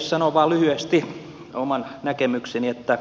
sanon vain lyhyesti oman näkemykseni että